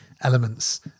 elements